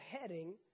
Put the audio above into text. heading